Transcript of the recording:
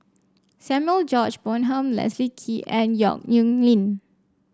Samuel George Bonham Leslie Kee and Yong Nyuk Lin